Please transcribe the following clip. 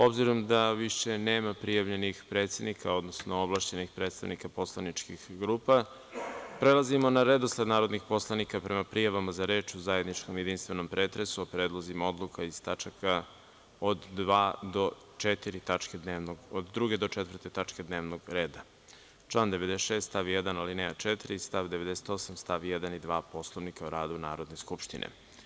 Obzirom da više nema prijavljenih predsednika, odnosno ovlašćenih predstavnika poslaničkih grupa, prelazimo na redosled narodnih poslanika prema prijavama za reč u zajedničkom jedinstvenom pretresu o predlozima odluka iz tač. od 2-4 tačke dnevnog reda, član 96. stav 1. alineja 4) i stav 98. st. 1. i 2. Poslovnika o radu Narodne skupštine.